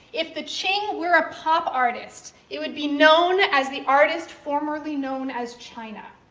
if the qing were a pop artist, it would be known as the artist formerly known as china.